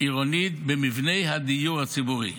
עירונית במבני הדיור הציבורי.